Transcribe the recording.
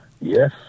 Yes